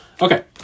Okay